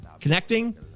Connecting